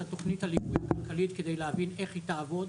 התכנית הכלכלית כדי להבין איך היא תעבוד,